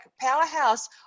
powerhouse